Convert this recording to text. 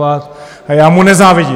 A já mu nezávidím.